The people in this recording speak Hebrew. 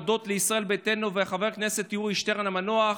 הודות לישראל ביתנו וחבר הכנסת יולי שטרן המנוח,